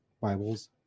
Bibles